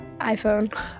iPhone